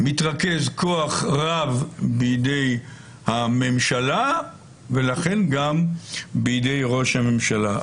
מתרכז כוח רב בידי הממשלה ולכן גם בידי ראש הממשלה.